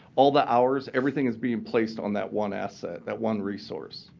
all the hours, everything is being placed on that one asset, that one resource.